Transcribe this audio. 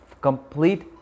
Complete